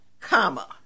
comma